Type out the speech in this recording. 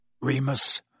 Remus